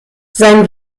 sein